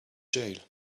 jail